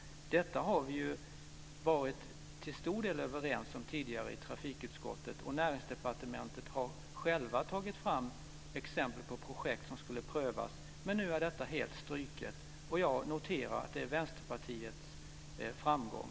Detta har vi ju till stor del varit överens om i trafikutskottet tidigare, och Näringsdepartementet har självt tagit fram exempel på projekt som skulle prövas. Men nu är detta helt struket. Jag noterar att det är Vänsterpartiets framgång.